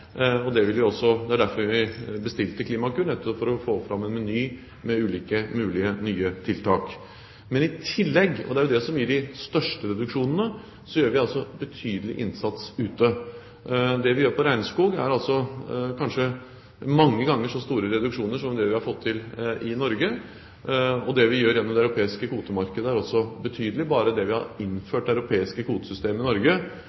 og det er derfor vi bestilte Klimakur, nettopp for å få fram en meny med ulike mulige nye tiltak. I tillegg gjør vi en betydelig innsats ute, og det er det som gir de største reduksjonene. Det vi gjør på regnskog, har kanskje ført til mange ganger så store reduksjoner som det vi har fått til i Norge, og det vi gjør gjennom det europeiske kvotemarkedet, er også betydelig. Bare det at vi har innført det europeiske kvotesystemet i Norge,